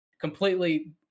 completely